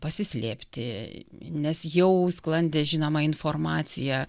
pasislėpti nes jau sklandė žinoma informacija